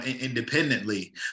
independently